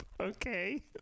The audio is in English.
Okay